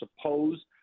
suppose